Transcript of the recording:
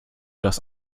dass